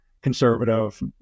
Conservative